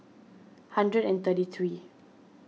hundred and thirty three